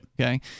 okay